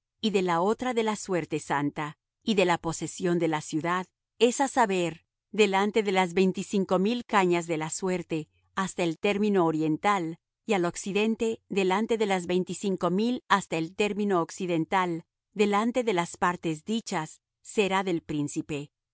y de la otra de la suerte santa y de la posesión de la ciudad es á saber delante de las veinticinco mil cañas de la suerte hasta el término oriental y al occidente delante de las veinticinco mil hasta el término occidental delante de las partes dichas será del príncipe y